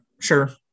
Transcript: Sure